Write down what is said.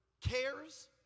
cares